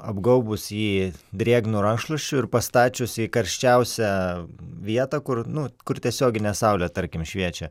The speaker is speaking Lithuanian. apgaubus jį drėgnu rankšluosčiu ir pastačius į karščiausią vietą kur nu kur tiesioginė saulė tarkim šviečia